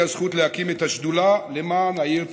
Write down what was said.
הזכות להקים את השדולה למען העיר טבריה,